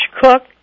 Cook